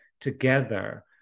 together